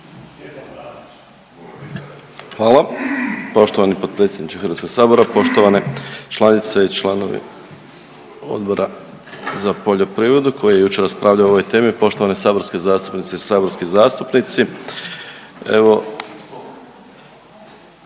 Hvala. Poštovani potpredsjedniče Hrvatskog sabora, poštovane članice i članovi Odbora za poljoprivredu koji je jučer raspravljao o ovoj temi, poštovane saborske zastupnice i saborski zastupnici, evo